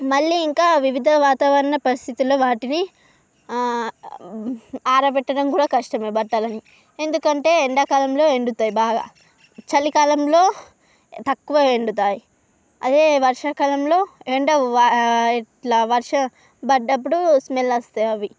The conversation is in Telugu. మళ్ళీ ఇంకా వివిధ వాతావరణ పరిస్థితిలో వాటిని ఆరబెట్టడం కూడా కష్టమే బట్టలని ఎందుకంటే ఎండాకాలంలో ఎండుతాయి బాగా చలికాలంలో తక్కువ ఎండుతాయి అదే వర్షాకాలంలో ఎండ ఇట్ల వర్షం పడ్డప్పుడు స్మెల్ వస్తాయ్ అవి